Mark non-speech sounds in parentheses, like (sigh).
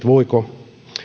(unintelligible) voiko